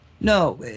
No